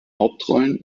hauptrollen